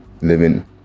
living